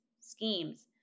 schemes